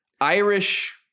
irish